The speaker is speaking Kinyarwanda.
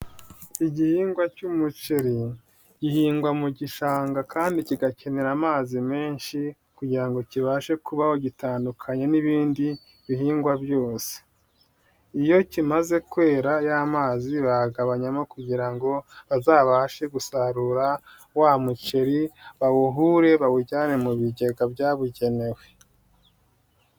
Igihingwa cy'umuceri gihingwa mu gishanga kandi kigakenera amazi menshi kugira ngo kibashe kubaho gitandukanye n'ibindi bihingwa byose, iyo kimaze kwera ya mazi bayagabanyamo kugira ngo bazabashe gusarura wa muceri, bawuhure bawujyane mu bigega byabugenewe.